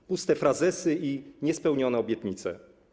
To puste frazesy i niespełnione obietnice.